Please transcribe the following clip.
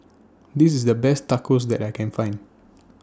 This IS The Best Tacos that I Can Find